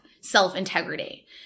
self-integrity